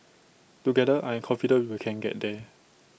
together I am confident we can get there